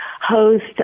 host